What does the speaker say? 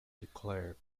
declare